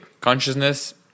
consciousness